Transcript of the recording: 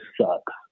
sucks